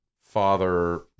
father